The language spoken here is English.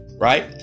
Right